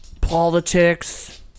Politics